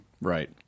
Right